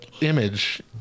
image